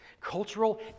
cultural